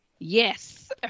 Yes